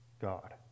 God